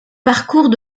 parcours